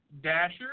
Dasher